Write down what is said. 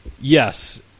Yes